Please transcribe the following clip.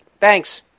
thanks